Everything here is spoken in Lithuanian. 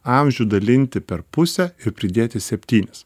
amžių dalinti per pusę ir pridėti septynis